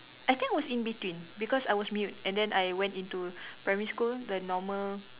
I think I was in between because I was mute and then I went into primary school the normal